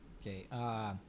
Okay